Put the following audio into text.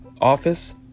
office